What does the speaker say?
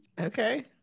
Okay